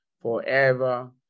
forever